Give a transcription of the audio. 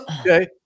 okay